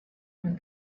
were